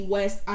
West